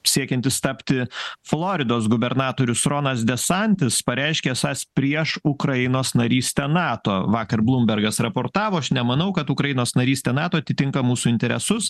siekiantis tapti floridos gubernatorius ronas desantis pareiškė esąs prieš ukrainos narystę nato vakar blumbergas raportavo aš nemanau kad ukrainos narystė nato atitinka mūsų interesus